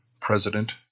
President